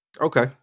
Okay